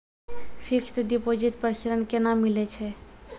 Fixed deposit पर ऋण केना मिलै छै?